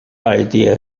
idea